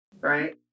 right